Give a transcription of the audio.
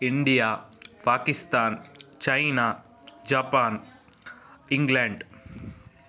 India Pakistan China Japan England